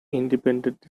independent